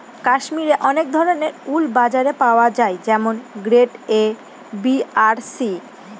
কাশ্মিরে অনেক ধরনের উল বাজারে পাওয়া যায় যেমন গ্রেড এ, বি আর সি